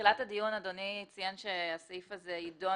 בתחילת הדיון אדוני ציין שהסעיף הזה יידון